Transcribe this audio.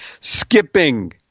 Skipping